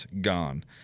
gone